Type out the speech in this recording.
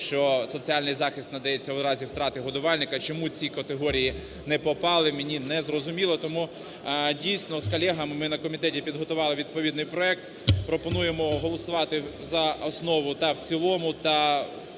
що соціальний захист надається в разі втрати годувальника. Чому ці категорії не попали, мені незрозуміло. Тому, дійсно, з колегами ми на комітеті підготували відповідний проект. Пропонуємо голосувати за основу та в цілому,